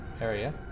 area